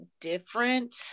different